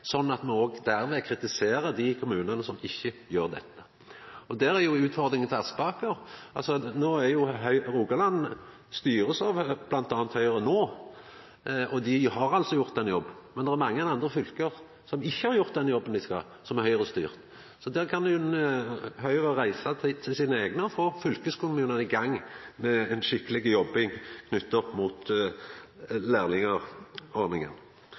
sånn at me dermed òg kritiserer dei kommunane som ikkje gjer det. Der er jo utfordringa til Aspaker. Rogaland blir styrt av bl.a. Høgre no, og dei har altså gjort ein jobb. Men det er mange andre fylke som ikkje har gjort den jobben dei skal, som er Høgre-styrte. Så der kan Høgre reisa til sine eigne og få fylkeskommunane i gang med ei skikkelig jobbing knytt opp mot